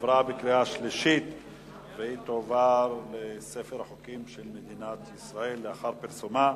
עברה בקריאה שלישית והיא תועבר לספר החוקים של מדינת ישראל לאחר פרסומה.